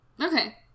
Okay